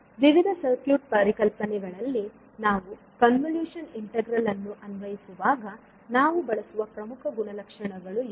ವಿವಿಧ ಸರ್ಕ್ಯೂಟ್ ಪರಿಕಲ್ಪನೆಗಳಲ್ಲಿ ನಾವು ಕನ್ವಲೂಶನ್ ಇಂಟಿಗ್ರಲ್ ಅನ್ನು ಅನ್ವಯಿಸುವಾಗ ನಾವು ಬಳಸುವ ಪ್ರಮುಖ ಗುಣಲಕ್ಷಣಗಳು ಇವು